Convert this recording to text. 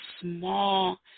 small